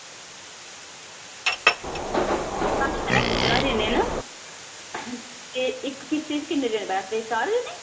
साढ़े कन्नै पंदरां जनें न ते इक्क किश्ती च किन्ने जनें बैठदे चार जनें